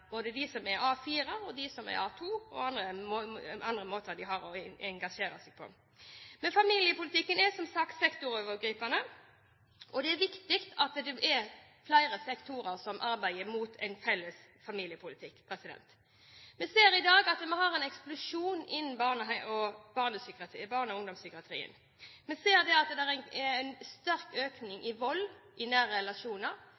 og de som er A2, eller de som organiserer seg på andre måter. Familiepolitikken er som sagt sektorovergripende, og det er viktig at det er flere sektorer som arbeider mot en felles familiepolitikk. Vi ser i dag at vi har en eksplosjon innen barne- og ungdomspsykiatrien. Vi ser at det er en sterk økning i vold i nære relasjoner, og vi ser at det er stor økning